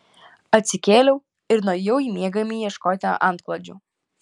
atsikėliau ir nuėjau į miegamąjį ieškoti antklodžių